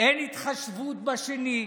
אין התחשבות בשני,